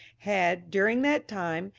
had, during that time,